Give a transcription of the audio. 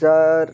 যার